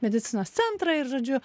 medicinos centrą ir žodžiu